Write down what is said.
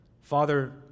Father